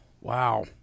Wow